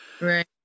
Right